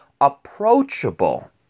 approachable